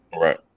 right